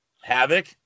havoc